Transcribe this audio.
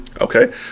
Okay